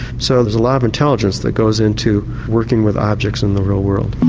so there's a lot of intelligence that goes into working with objects in the real world.